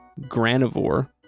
granivore